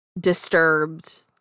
disturbed